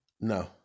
no